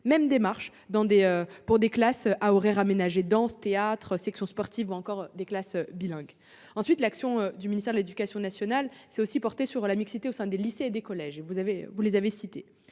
même démarche s'applique pour des classes à horaires aménagés- danse, théâtre et sections sportives -, ou encore pour des classes bilingues. Ensuite, l'action du ministère de l'éducation nationale s'est portée sur la mixité au sein des lycées et des collèges. Depuis la rentrée